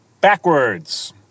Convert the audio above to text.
backwards